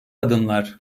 adımlar